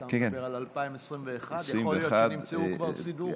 ואתה מדבר על 2021. יכול להיות שנמצא כבר סידור.